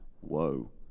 whoa